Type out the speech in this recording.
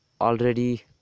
already